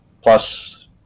plus